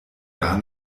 gar